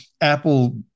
Apple